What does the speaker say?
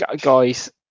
Guys